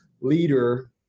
leader